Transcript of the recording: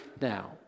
now